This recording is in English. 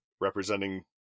representing